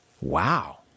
Wow